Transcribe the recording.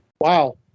wow